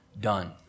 done